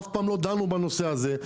אף פעם לא דנו בנושא הזה.